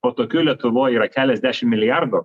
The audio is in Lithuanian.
o tokių lietuvoj yra keliasdešim milijardų